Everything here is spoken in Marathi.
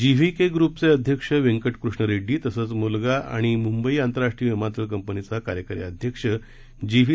जीव्हीके गृपचे अध्यक्ष वेंकट कृष्ण रेड्डी तसंच मुलगा आणि मुंबई आंतरराष्ट्रीय विमानतळ कंपनीचा कार्यकारी अध्यक्ष जीव्ही